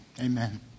amen